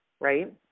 right